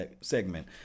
segment